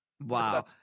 Wow